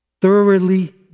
thoroughly